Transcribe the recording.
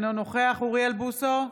אינו נוכח אוריאל בוסו,